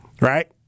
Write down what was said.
Right